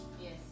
Yes